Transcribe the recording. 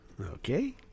Okay